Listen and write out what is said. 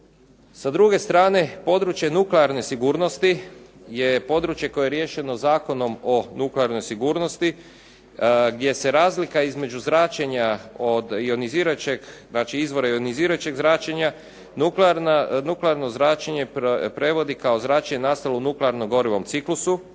Sa druge strane, područje nuklearne sigurnosti je područje koje je riješeno Zakonom o nuklearnoj sigurnosti gdje se razlika između zračenja od ionizirajućeg, znači izvora ionizirajućeg zračenja nuklearno zračenje prevodi kao zračenje nastalo u nuklearno gorivom ciklusu